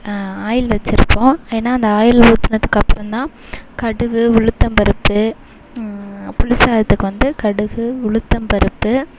oil வச்சியிருப்போம் ஏன்னா அந்த ஆயில் ஊற்றுனதுக்கு அப்புறம் தான் கடுவு உளுத்தம் பருப்பு புளி சாதத்துக்கு வந்து கடுகு உளுத்தம் பருப்பு